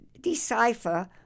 decipher